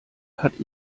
hat